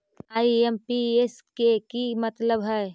IMPS के कि मतलब है?